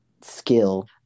skill